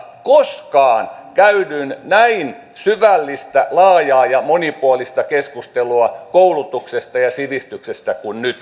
en muista koskaan käydyn näin syvällistä laajaa ja monipuolista keskustelua koulutuksesta ja sivistyksestä kuin nyt